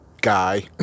guy